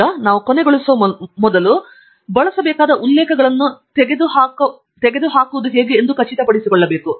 ಈಗ ನಾವು ಮುಚ್ಚುವ ಮೊದಲು ನಾವು ಬಳಸಬೇಕಾದ ಉಲ್ಲೇಖಗಳು ತೆಗೆದುಹಾಕಲ್ಪಡುವುದನ್ನು ನಾವು ಖಚಿತಪಡಿಸಿಕೊಳ್ಳಬೇಕು